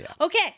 Okay